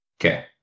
Okay